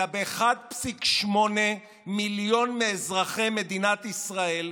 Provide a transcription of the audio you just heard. אלא ב-1.8 מיליון מאזרחי מדינת ישראל,